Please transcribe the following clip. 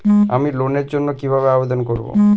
আমি লোনের জন্য কিভাবে আবেদন করব?